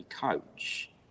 coach